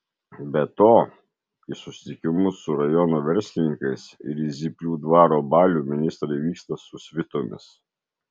be to į susitikimus su rajono verslininkais ir į zyplių dvaro balių ministrai vyksta su svitomis